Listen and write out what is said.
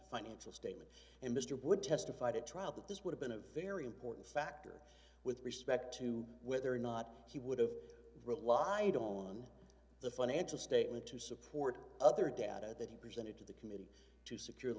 financial statement and mr wood testified at trial that this would have been a very important factor with respect to whether or not he would have relied on the financial statement to support other data that he presented to the commit to secur